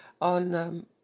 on